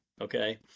okay